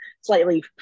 slightly